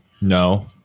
No